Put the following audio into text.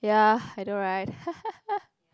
ya I know right